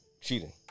cheating